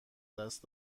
دست